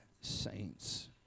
saints